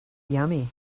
yummy